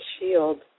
shield